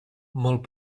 molt